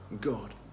God